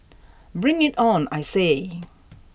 bring it on I say